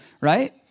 Right